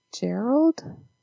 Gerald